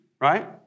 right